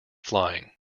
flying